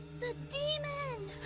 the demon!